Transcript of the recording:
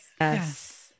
Yes